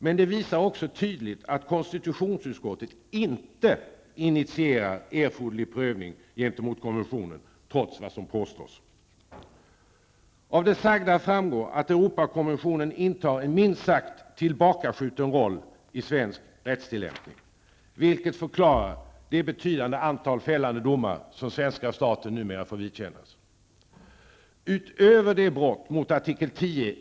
Men det visar också tydligt att konstitutionsutskottet inte initierar erforderlig prövning gentemot konventionen, trots vad som påstås. Av det sagda framgår att Europakonventionen intar en minst sagt tillbakaskjuten roll i svensk rättstillämpning, vilket förklarar de betydande antal fällande domar som svenska staten numera får vidkännas.